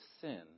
sin